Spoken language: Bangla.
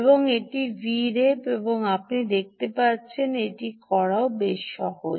এবং এটি Vref এবং আপনি দেখতে পাচ্ছেন এটি করা বেশ সহজ